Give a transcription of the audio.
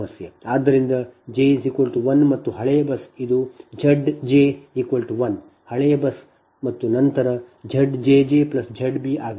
ಆದ್ದರಿಂದ j 1 ಮತ್ತು ಹಳೆಯ ಬಸ್ ಇದು Z j 1 ಹಳೆಯ ಬಸ್ ಮತ್ತು ನಂತರ ಇದು Z jj Z b ಆಗಿದೆ